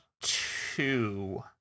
two